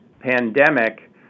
pandemic